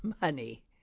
money